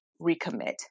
recommit